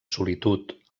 solitud